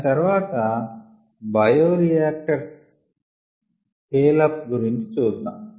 దాని తర్వాత bioreactor scale up గురించి చూద్దాం